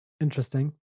Interesting